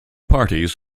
parties